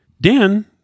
dan